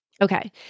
Okay